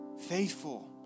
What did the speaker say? faithful